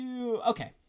okay